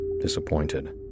disappointed